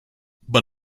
but